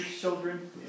children